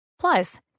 Plus